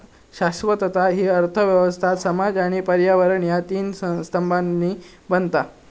शाश्वतता हि अर्थ व्यवस्था, समाज आणि पर्यावरण ह्या तीन स्तंभांनी बनता